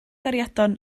gariadon